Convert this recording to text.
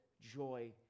joy